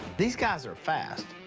these guys are fast.